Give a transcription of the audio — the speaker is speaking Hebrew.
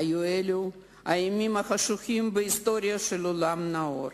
היו אלו הימים החשוכים בהיסטוריה של העולם הנאור,